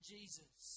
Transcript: Jesus